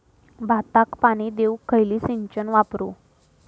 भाताक पाणी देऊक खयली सिंचन वापरू?